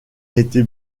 été